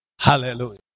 Hallelujah